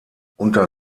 unter